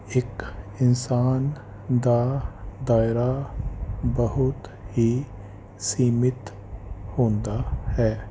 ਇੱਕ ਇਨਸਾਨ ਦਾ ਦਾਇਰਾ ਬਹੁਤ ਹੀ ਸੀਮਿਤ ਹੁੰਦਾ ਹੈ